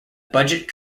budget